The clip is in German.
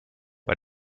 bei